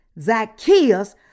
Zacchaeus